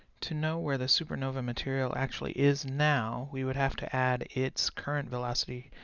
to know where the supernova material actually is now, we would have to add its current velocity